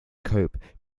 cope